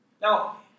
Now